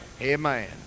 Amen